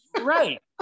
Right